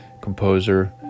composer